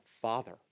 Father